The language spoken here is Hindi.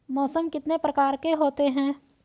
मौसम कितने प्रकार के होते हैं?